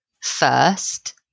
first